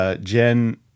Jen